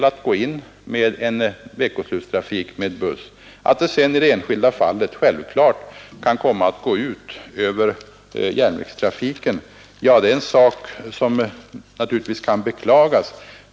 Att detta i något enskilt fall har gått ut över järnvägstrafiken kan naturligtvis beklagas.